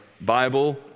Bible